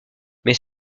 mais